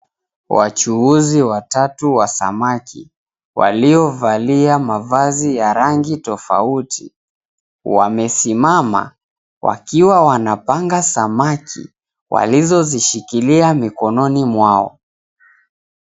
Wachuuzi watatu wa samaki walio valia mavazi ya rangi tofauti, wamesimama wakiwa wanapanga samaki walizozishikilia mikononi mwao.